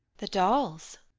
the dolls?